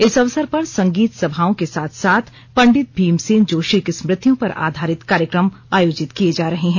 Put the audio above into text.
इस अवसर पर संगीत सभाओं के साथ साथ पंडित भीमसेन जोशी की स्मृतियों पर आधारित कार्यक्रम आयोजित किये जा रहे हैं